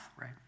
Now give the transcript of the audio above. right